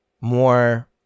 more